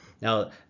Now